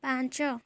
ପାଞ୍ଚ